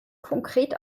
konkret